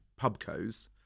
pubcos